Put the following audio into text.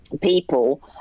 people